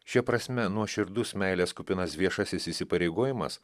šia prasme nuoširdus meilės kupinas viešasis įsipareigojimas